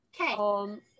Okay